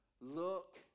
look